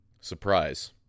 Surprise